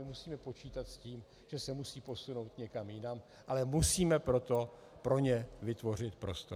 Musíme počítat s tím, že se musí posunout někam jinam, ale musíme pro to pro ně vytvořit prostor.